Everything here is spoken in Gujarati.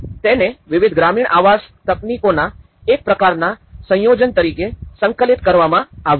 તેને વિવિધ ગ્રામીણ આવાસ તકનીકોના એક પ્રકારનાં સંયોજન તરીકે સંકલિત કરવામાં આવ્યું છે